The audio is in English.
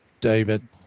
David